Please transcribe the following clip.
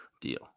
deal